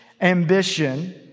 ambition